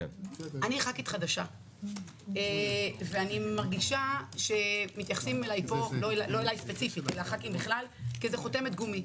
אני ח"כית חדשה ואני מרגישה שמתייחסים אליי כאל חותמת גומי.